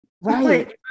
right